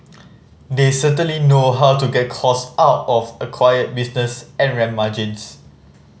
they certainly know how to get cost out of acquired business and ramp margins